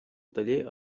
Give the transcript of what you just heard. taller